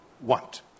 want